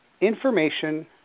information